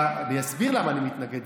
אני אסביר למה אני מתנגד,